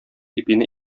ипине